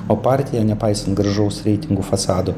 o partija nepaisant gražaus reitingų fasado